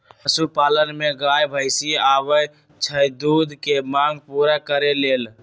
पशुपालन में गाय भइसी आबइ छइ दूध के मांग पुरा करे लेल